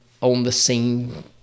on-the-scene